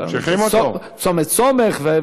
של צומת סומך.